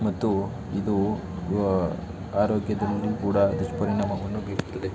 ಮತ್ತು ಇದು ಆರೋಗ್ಯದಲ್ಲಿ ಕೂಡ ದುಷ್ಪರಿಣಾಮವನ್ನು ಬೀರುತ್ತದೆ